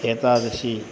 एतादृशी